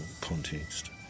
context